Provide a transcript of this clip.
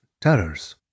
terrors